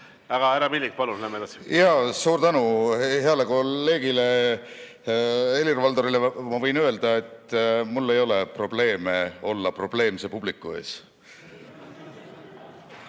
Härra Milling, palun! Läheme edasi. Suur tänu! Heale kolleegile Helir-Valdorile ma võin öelda, et mul ei ole probleeme olla probleemse publiku ees.